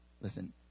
listen